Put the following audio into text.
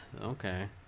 okay